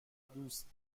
دوست